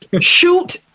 Shoot